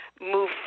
move